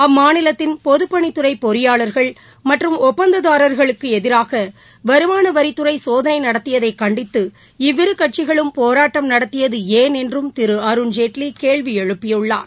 அம்மாநிலத்தின் பொதுப்பணித்துறை பொறியாளர்கள் மற்றும் ஒப்பந்ததாரர்களுக்கு எதிராக வருமானவரித்துறை சோதனை நடத்தியதை கண்டித்து இவ்விரு கட்சிகளும் போராட்டம் நடத்தியது ஏன் என்றும் திரு அருண்ஜேட்லி கேள்வி எழுப்பியுள்ளார்